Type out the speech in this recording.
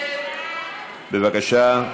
בבקשה.